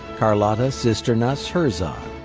carlotta cisternas herzog.